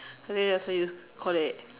the day after you colleague